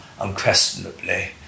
unquestionably